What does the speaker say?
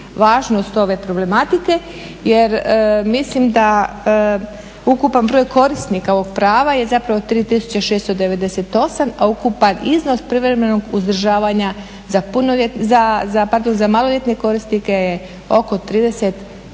važnost ove problematike jer mislim da ukupan broj korisnika ovog prava je zapravo 3698, a ukupan iznos privremenog uzdržavanja za maloljetne korisnike je oko 30,